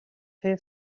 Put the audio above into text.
her